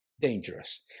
dangerous